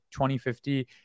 2050